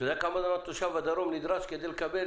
אתה יודע כמה זמן תושב הדרום נדרש כדי לקבל